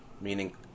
meaning